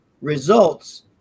results